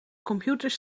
computers